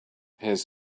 his